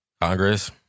Congress